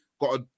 got